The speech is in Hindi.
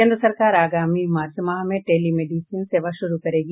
केन्द्र सरकार आगामी मार्च माह में टेली मेडिसीन सेवा शुरू करेगी